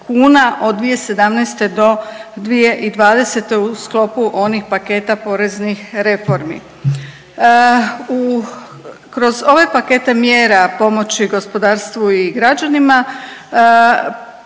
od 2017. do 2020. u sklopu onih paketa poreznih reformi. Kroz ove pakete mjera pomoći gospodarstvu i građanima